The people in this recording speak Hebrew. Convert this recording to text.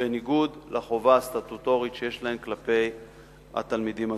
בניגוד לחובה הסטטוטורית שיש להן כלפי התלמידים הזכאים.